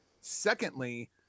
Secondly